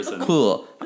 cool